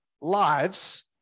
lives